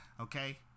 okay